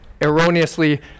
erroneously